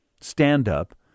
stand-up